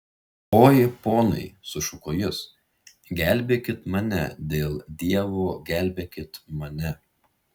oi ponai sušuko jis gelbėkit mane dėl dievo gelbėkit mane